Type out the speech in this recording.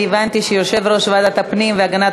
אני הבנתי שיושב-ראש ועדת הפנים והגנת